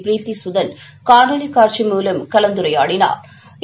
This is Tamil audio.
பீரித்தி சுதன் காணொலிகாட்சி மூலம் கலந்துரையாடினாா்